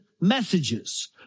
messages